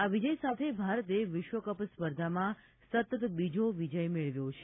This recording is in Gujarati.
આ વિજય સાથે ભારતે વિશ્વકપ સ્પર્ધામાં સતત બીજો વિજય મેળવ્યો છે